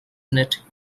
knit